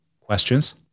questions